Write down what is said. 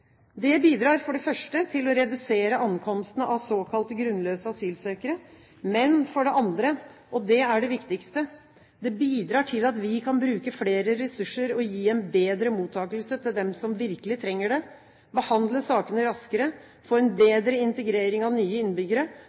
Det bidrar for det første til å redusere ankomstene av såkalte grunnløse asylsøkere, men for det andre – og det er det viktigste – bidrar det til at vi kan bruke flere ressurser og gi en bedre mottakelse til dem som virkelig trenger det, behandle sakene raskere, få en bedre integrering av nye innbyggere.